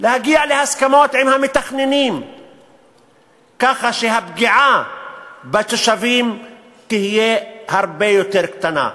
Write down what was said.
להגיע להסכמות עם המתכננים כך שהפגיעה בתושבים תהיה הרבה יותר קטנה.